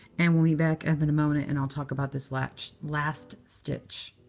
and we'll be back up in a moment, and i'll talk about this last last stitch.